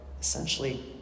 essentially